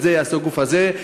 את זה יעשה הגוף הזה?